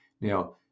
Now